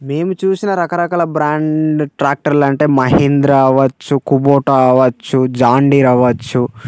మేము చూసిన రకరకాల బ్రాండ్ ట్రాక్టర్లు అంటే మహీంద్ర అవ్వచ్చు కుబూటా అవ్వచ్చు జాన్ డీర్ అవ్వచ్చు